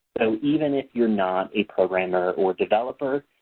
so even if you're not a programmer or developer,